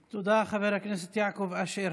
תודה, חבר הכנסת יעקב אשר.